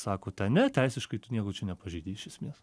sako ten ne teisiškai tu nieko čia nepažeidei iš esmės